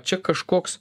čia kažkoks